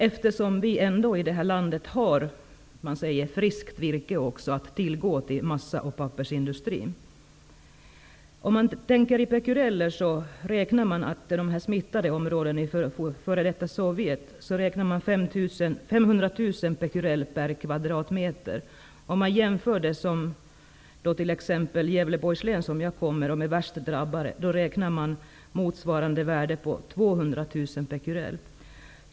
Vi har ju ändå tillgång till friskt virke för massa och pappersindustrin i det här landet. För att tala om becquerel, räknar man att det finns 500 000 becquerel per kvadratmeter i de smittade områdena i f.d. Sovjet. Detta kan jämföras med situationen i Gävleborgs län, som är värst drabbat i Sverige, där motsvarande värde beräknas vara 200 000 becquerel.